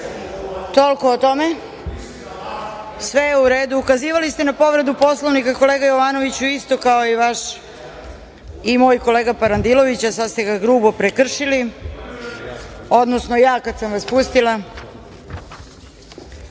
Toliko o tome. Sve je u redu. Ukazivali ste na povredu Poslovnika, kolega Jovanoviću, isto kao i vaš i moj kolega Parandilović, a sada ste ga grubo prekršili, odnosno ja kada sam vas pustila. Na